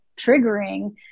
triggering